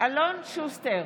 אלון שוסטר,